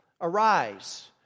Arise